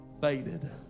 faded